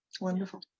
wonderful